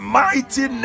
mighty